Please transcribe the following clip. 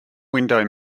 window